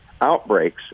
outbreaks